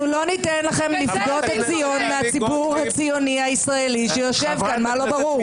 אני מזמין אותך ללמוד מה זה אפליה מתקנת זה בטוח לא.